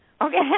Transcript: Okay